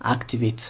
Activate